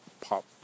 pop